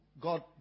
God